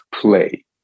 play